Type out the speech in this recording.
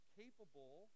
capable